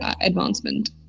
advancement